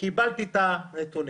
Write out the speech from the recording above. קיבלתי את הנתונים.